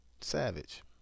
Savage